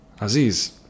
Aziz